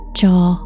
jaw